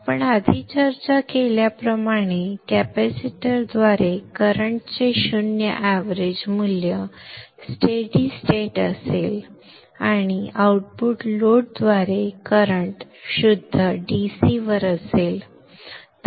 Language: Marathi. आपण आधी चर्चा केल्याप्रमाणे कॅपॅसिटरद्वारे करंट चे शून्य एवरेज मूल्य स्टेडि स्टेट असेल आणि आउटपुट लोडद्वारे करंट शुद्ध DC वर असेल